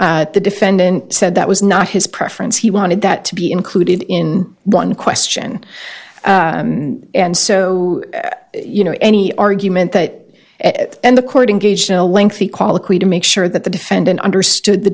r the defendant said that was not his preference he wanted that to be included in one question and so you know any argument that the court in gauge will lengthy quality to make sure that the defendant understood the